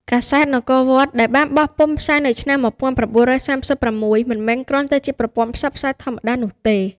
កាសែត នគរវត្ត ដែលបានបោះពុម្ពផ្សាយនៅឆ្នាំ១៩៣៦ មិនមែនគ្រាន់តែជាប្រព័ន្ធផ្សព្វផ្សាយធម្មតានោះទេ។